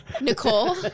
Nicole